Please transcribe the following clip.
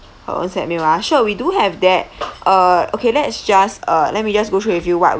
her own set meal ah sure we do have that uh okay let's just uh let me just go through with you right what